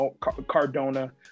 Cardona